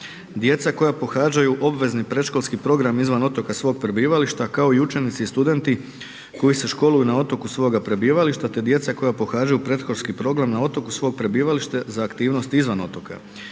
Djeca koja pohađaju obvezni predškolski program izvan otoka svog prebivališta kao i učenici i studenti koji se školuju na otoku svoga prebivališta te djeca koja pohađaju predškolski program na otoku svog prebivališta za aktivnosti izvan otoka.